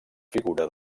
figura